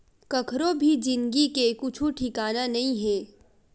कखरो भी जिनगी के कुछु ठिकाना नइ हे